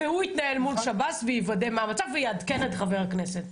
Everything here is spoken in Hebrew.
והוא יתנהל מול שב"ס ויוודא מה המצב ויעדכן את חבר הכנסת.